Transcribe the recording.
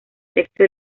texto